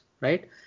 right